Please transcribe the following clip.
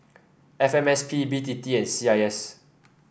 F M S P B T T and C I S